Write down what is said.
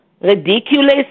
ridiculous